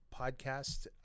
podcast